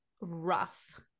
rough